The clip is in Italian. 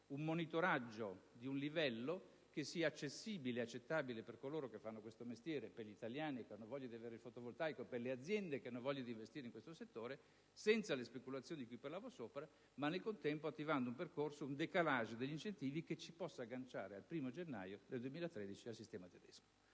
un monitoraggio di un livello che sia accessibile, accettabile per coloro che fanno questo mestiere, per gli italiani che hanno voglia di avere il fotovoltaico, per le aziende che hanno voglia di investire in questo settore, senza le speculazioni di cui parlavo prima, ma nel contempo attivando un percorso, un *decalage* degli incentivi che ci possa agganciare il 1° gennaio 2013 al sistema tedesco.